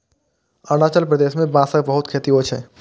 अरुणाचल प्रदेश मे बांसक बहुत खेती होइ छै